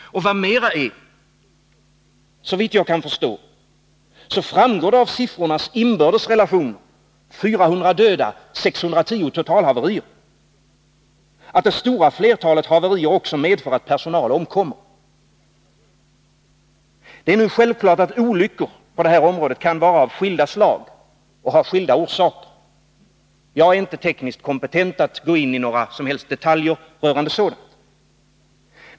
Och vad mera är: såvitt jag kan förstå framgår det av siffrornas inbördes relationer — 400 döda, 610 totalhaverier — att det stora flertalet haverier också medför att personal omkommer. Det är självklart att olyckor på det här området kan vara av skilda slag och har skilda orsaker. Jag är inte tekniskt kompetent att gå in i några som helst detaljer beträffande sådant.